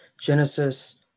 Genesis